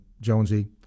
Jonesy